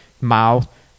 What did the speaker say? mouth